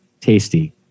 Tasty